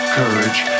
courage